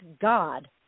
God